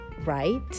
right